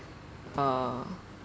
uh